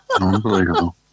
unbelievable